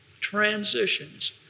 Transitions